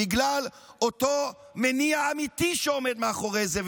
בגלל אותו מניע אמיתי שעומד מאחורי זה,